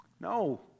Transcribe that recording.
No